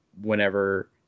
whenever